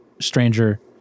stranger